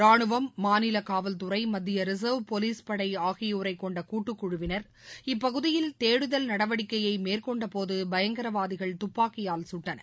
ரானுவம் மாநிலகாவல்துறை மத்தியரிசர்வ் போலீஸ்படைஆகியோரைக் கொண்டகூட்டுக் குழுவினர் இப்பகுதியில் தேடுதல் நடவடிக்கையைமேற்கொண்டபோதுபயங்கரவாதிகள் துப்பாக்கியால் கட்டனர்